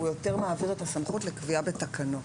הוא יותר מעביר את הסמכות לקביעה בתקנות.